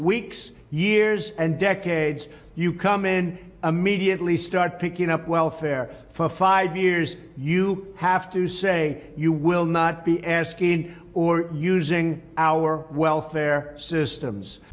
weeks years and decades you come in a media at least start picking up welfare for five years you have to say you will not be asking or using our welfare systems